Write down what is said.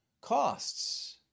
costs